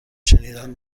شنیدن